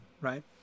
right